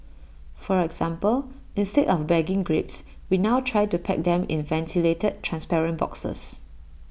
for example instead of bagging grapes we now try to pack them in ventilated transparent boxes